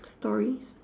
stories